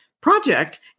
project